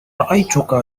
رأيتك